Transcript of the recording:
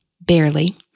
barely